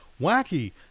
wacky